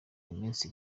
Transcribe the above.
iminsi